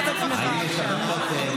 האם יש הבנות?